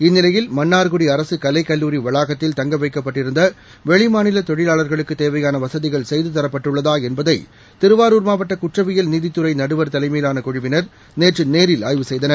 இந்நிலையில் மன்னார்குடி அரசு கலைக்கல்லூரி வளாகத்தில் தங்க வைக்கப்பட்டிருந்த வெளிமாநில தொழிலாளா்களுக்கு தேவையான வசதிகள் செய்து தரப்பட்டுள்ளதா என்பதை திருவாரூர் மாவட்ட குற்றவியல் நீதித்துறை நடுவர் தலைமையிலான குழுவினர் நேற்று நேரில் ஆய்வு செய்தனர்